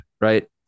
right